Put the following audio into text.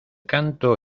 canto